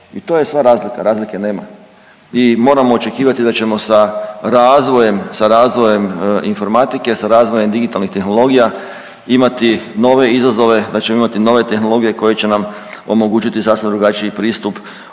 i to je sva razlika, razlike nema i moramo očekivati da ćemo sa razvojem, sa razvojem informatike, sa razvojem digitalnih tehnologija imati nove izazove, da ćemo imati nove tehnologije koje će nam omogućiti sasvim drugačiji pristup